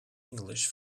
english